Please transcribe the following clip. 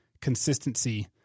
consistency